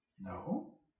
No